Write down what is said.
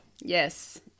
Yes